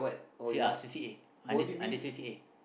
C ya C_C_A under under C_C_A